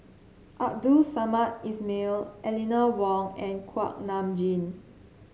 Abdul Samad Ismail Eleanor Wong and Kuak Nam Jin